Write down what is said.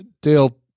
Dale